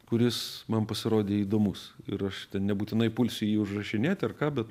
kuris man pasirodė įdomus ir aš ten nebūtinai pulsiu jį užrašinėt ar ką bet